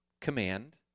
command